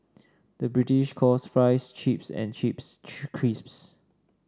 the British calls fries chips and chips crisps